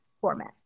format